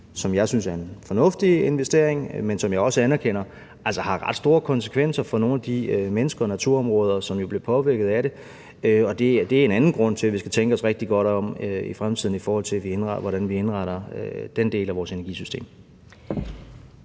som jeg synes er en fornuftig investering, men som jeg også anerkender har ret store konsekvenser for nogle af de mennesker og naturområder, som jo bliver påvirket af det, og det er en anden grund til, at vi skal tænke os rigtig godt om i fremtiden, i forhold til hvordan vi indretter den del af vores energisystem.